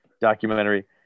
documentary